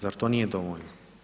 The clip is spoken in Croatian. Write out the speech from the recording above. Zar to nije dovoljno?